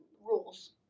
rules